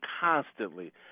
constantly